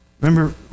Remember